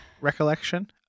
recollection